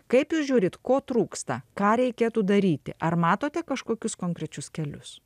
kaip jūs žiūrit ko trūksta ką reikėtų daryti ar matote kažkokius konkrečius kelius